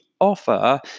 offer